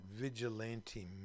vigilante